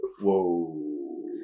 Whoa